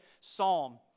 Psalm